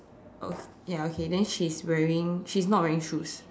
okay ya okay then she's wearing she's not wearing shoes